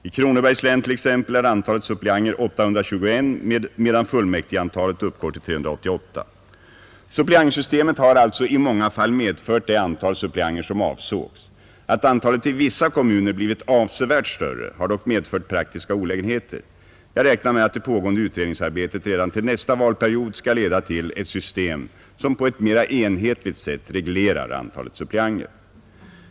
I Kronobergs län t.ex. är antalet suppleanter 821 medan fullmäktigeantalet uppgår till 388. gj Suppleantsystemet har alltså i många fall medfört det antal suppleanter som avsågs. Att antalet i vissa kommuner blivit avsevärt större har dock medfört praktiska olägenheter. Jag räknar med att det pågående utredningsarbetet redan till nästa valperiod skall leda till ett system som på ett mer enhetligt sätt reglerar antalet suppleanter.